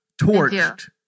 Torched